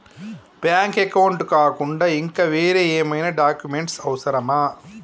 Bank account కాకుండా ఇంకా వేరే ఏమైనా డాక్యుమెంట్స్ అవసరమా?